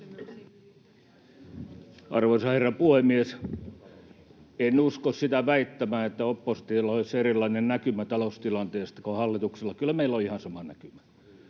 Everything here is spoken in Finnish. Arvoisa herra puhemies! En usko sitä väittämää, että oppositiolla olisi erilainen näkymä taloustilanteesta kuin hallituksella. Kyllä meillä on ihan sama näkymä.